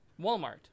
Walmart